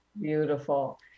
Beautiful